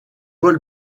paul